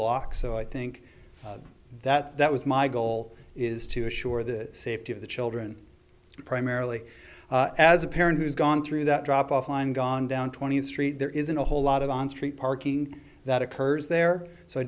block so i think that that was my goal is to assure the safety of the children primarily as a parent who's gone through that drop off line gone down twentieth street there isn't a whole lot of on street parking that occurs there so i